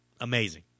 amazing